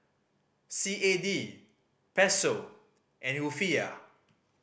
C A D Peso and Rufiyaa